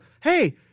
hey